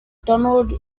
donald